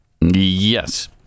Yes